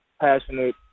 passionate